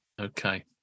Okay